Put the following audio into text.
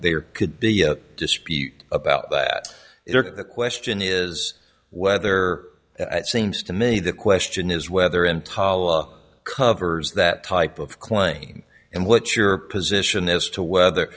there could be a dispute about that is the question is whether at seems to me the question is whether emtala covers that type of claim and what your position as to whether